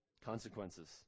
consequences